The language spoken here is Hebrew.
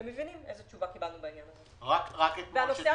איזו תשובה קיבלנו ממשרד האוצר בעניין הזה אתם מבינים.